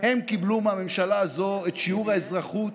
הם קיבלו מהממשלה הזאת את שיעור האזרחות